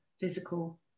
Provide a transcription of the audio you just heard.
physical